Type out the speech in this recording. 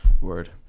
Word